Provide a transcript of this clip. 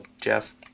Jeff